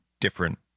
different